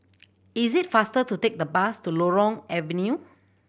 is it faster to take the bus to Loyang Avenue